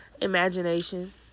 imagination